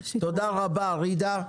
תודה רבה ג'ידא.